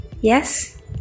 Yes